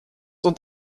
und